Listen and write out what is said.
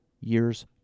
years